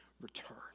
return